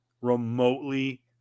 remotely